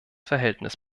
verhältnis